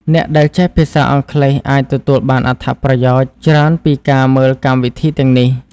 អ្នកដែលចេះភាសាអង់គ្លេសអាចទទួលបានអត្ថប្រយោជន៍ច្រើនពីការមើលកម្មវិធីទាំងនេះ។